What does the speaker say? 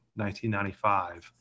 1995